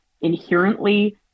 inherently